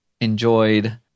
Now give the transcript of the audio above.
enjoyed